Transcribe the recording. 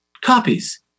copies